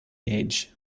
age